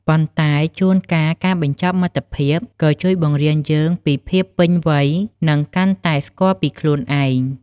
ប៉ុន្តែជួនកាល ការបញ្ចប់មិត្តភាពក៏ជួយបង្រៀនយើងពីភាពពេញវ័យ និងកាន់តែស្គាល់ពីខ្លួនឯង។